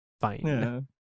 Fine